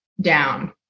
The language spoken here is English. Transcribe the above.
down